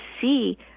see